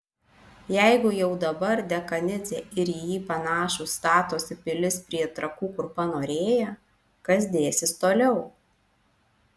jeigu jau dabar dekanidzė ir į jį panašūs statosi pilis prie trakų kur panorėję kas dėsis toliau